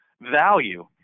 value